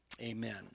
amen